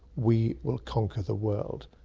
we will conquer the world'.